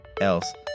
else